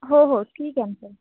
हो हो ठीक आहे ना सर